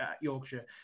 Yorkshire